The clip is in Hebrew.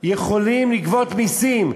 יכולים לגבות מסים.